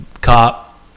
cop